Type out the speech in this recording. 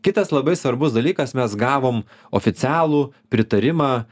kitas labai svarbus dalykas mes gavom oficialų pritarimą